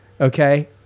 okay